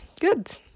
good